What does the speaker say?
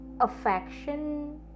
affection